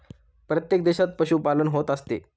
प्रत्येक देशात पशुपालन होत असते